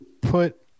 put